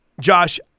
Josh